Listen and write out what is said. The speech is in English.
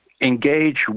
engage